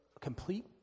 complete